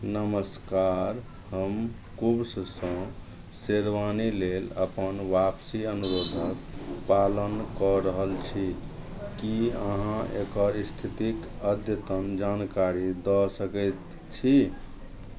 नमस्कार हम कूव्ससँ शेरवानी लेल अपन वापसी अनुरोधक पालन कऽ रहल छी की अहाँ एकर स्थितिक अद्यतन जानकारी दऽ सकैत छी